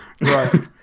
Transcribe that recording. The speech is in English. Right